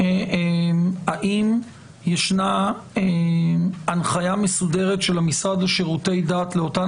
האם ישנה הנחיה מסודרת של המשרד לשירותי דת לאותן